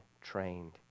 trained